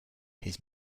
his